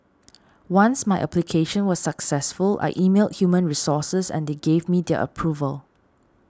once my application was successful I emailed human resources and they gave me their approval